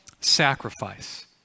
sacrifice